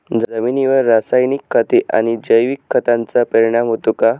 जमिनीवर रासायनिक खते आणि जैविक खतांचा परिणाम होतो का?